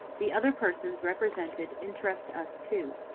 the other persons represented interest us too,